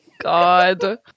God